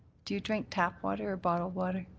do you drink tap water or bottled water.